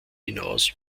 hinaus